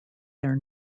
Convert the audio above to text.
their